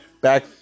Back